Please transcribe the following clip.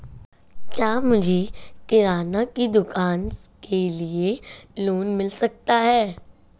क्या मुझे किराना की दुकान के लिए लोंन मिल सकता है?